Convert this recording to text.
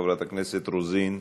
חברת הכנסת רוזין,